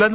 लं